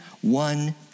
one